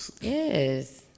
Yes